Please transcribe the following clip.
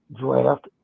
Draft